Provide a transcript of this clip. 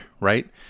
right